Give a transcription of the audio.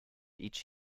each